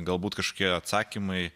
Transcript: galbūt kažkokie atsakymai